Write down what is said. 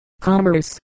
commerce